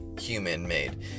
human-made